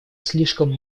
слишком